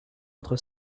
entre